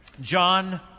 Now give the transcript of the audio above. John